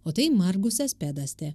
o tai margusas pedastė